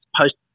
post